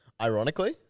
Ironically